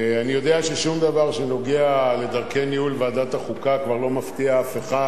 אני יודע ששום דבר שנוגע לדרכי ניהול ועדת החוקה כבר לא מפתיע אף אחד,